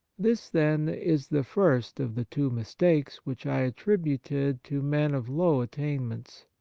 this, then, is the first of the two mistakes which i attributed to men of low attain ments.